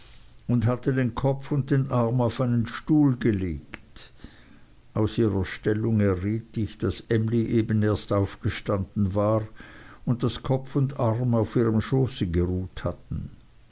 und hatte den kopf und den arm auf einen stuhl gelegt aus ihrer stellung erriet ich daß emly eben erst aufgestanden war und daß kopf und arm auf ihrem schoße geruht hatten